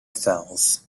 cells